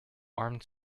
armed